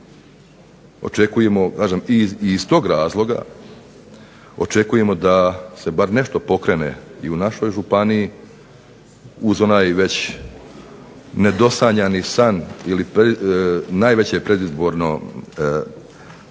u montaži. Iz tog razloga očekujemo da se bar nešto pokrene i u našoj županiji uz onaj već nedosanjani san ili najveće predizbornu lažu